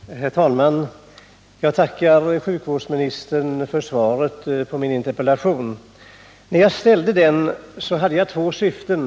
Herr talman! Jag tackar sjukvårdsministern för svaret. När jag ställde min interpellation hade jag två syften.